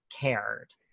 cared